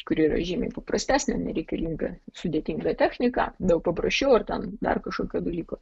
kuri yra žymiai paprastesnė nereikalinga sudėtingą techniką daug paprasčiau ar ten dar kažkokių dalykų